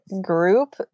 group